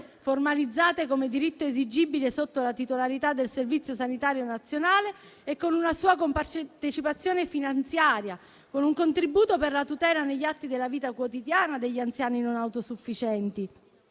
formalizzate come diritto esigibile sotto la titolarità del Servizio sanitario nazionale e con una sua compartecipazione finanziaria, con un contributo per la tutela negli atti della vita quotidiana degli anziani non autosufficienti.